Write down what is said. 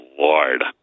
Lord